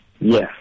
Yes